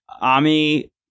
Ami